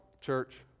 church